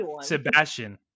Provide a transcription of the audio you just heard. Sebastian